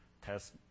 test